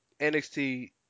NXT